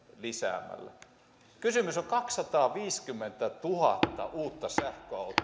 lisäämällä kysymyksessä on kaksisataaviisikymmentätuhatta uutta sähköautoa